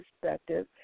perspective